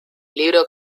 libro